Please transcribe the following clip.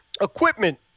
Equipment